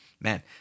Man